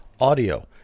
audio